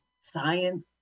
science